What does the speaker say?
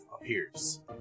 appears